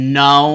no